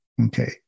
Okay